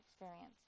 experience